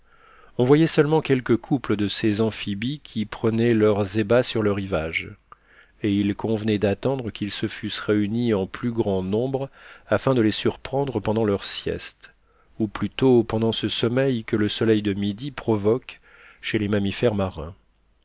on voyait seulement quelques couples de ces amphibies qui prenaient leurs ébats sur le rivage et il convenait d'attendre qu'ils se fussent réunis en plus grand nombre afin de les surprendre pendant leur sieste ou plutôt pendant ce sommeil que le soleil de midi provoque chez les mammifères marins